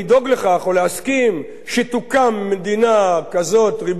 ולהסכים שתוקם מדינה כזאת ריבונית ביהודה,